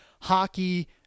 hockey